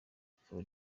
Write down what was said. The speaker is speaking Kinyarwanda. rikaba